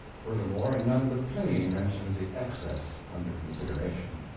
furthermore, none but pliny mentions the excess under consideration.